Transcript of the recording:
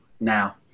now